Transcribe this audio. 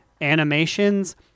animations